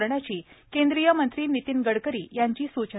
करण्याची केंद्रीय मंत्री नितिन गडकरी यांची सूचना